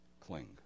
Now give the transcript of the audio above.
cling